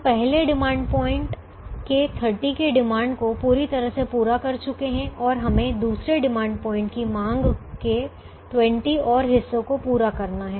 हम पहले demand point के 30 की डिमांड को पूरी तरह से पूरा कर चुके हैं और हमें दूसरे डिमांड पॉइंट की मांग के 20 और हिस्से को पूरा करना है